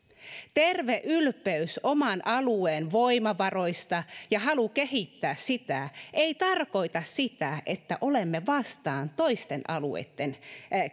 terve ylpeys oman alueen voimavaroista ja halu kehittää sitä ei tarkoita sitä että olemme toisten alueitten